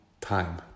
time